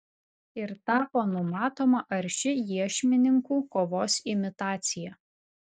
ir tapo numatoma arši iešmininkų kovos imitacija